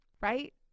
right